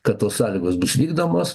kad tos sąlygos bus vykdomos